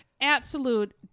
Absolute